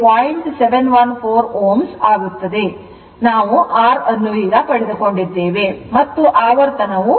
714 Ω ಆದ್ದರಿಂದ ನಾವು R ಅನ್ನು ಪಡೆದುಕೊಂಡಿದ್ದೇವೆ ಮತ್ತು ಆವರ್ತನವು 2